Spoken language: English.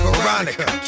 Veronica